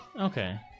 Okay